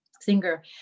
Singer